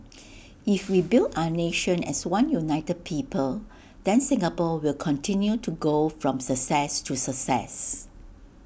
if we build our nation as one united people then Singapore will continue to go from success to success